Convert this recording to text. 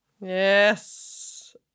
yes